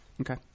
Okay